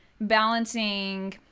balancing